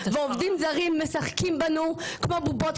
ועובדים זרים משחקים בנו כמו בובות,